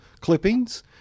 clippings